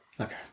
Okay